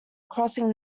crossing